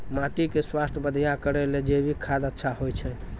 माटी के स्वास्थ्य बढ़िया करै ले जैविक खाद अच्छा होय छै?